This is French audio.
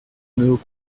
nos